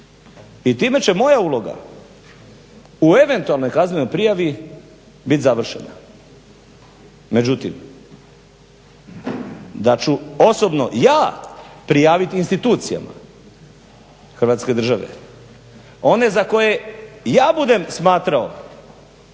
i time će moja uloga u eventualnoj kaznenoj prijavi bit završena. Međutim, da ću osobno ja prijaviti institucijama Hrvatske države one za koje ja budem smatrao